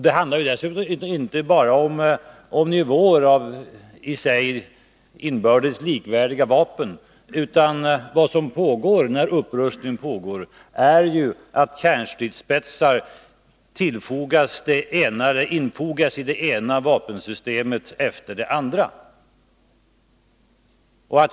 Det handlar dessutom inte bara om nivåer av i sig inbördes likvärdiga vapen, utan när upprustning pågår infogas kärnstridsspetsar i det ena vapensystemet efter det andra.